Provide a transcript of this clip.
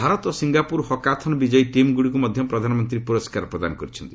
Bharat Singapore hackathon ବିଜୟୀ ଟିମ୍ଗୁଡ଼ିକୁ ମଧ୍ୟ ପ୍ରଧାନମନ୍ତ୍ରୀ ପୁରସ୍କାର ପ୍ରଦାନ କରିଛନ୍ତି